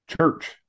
church